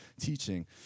teaching